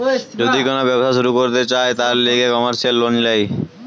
যদি কোন ব্যবসা শুরু করতে চায়, তার লিগে কমার্সিয়াল লোন ল্যায়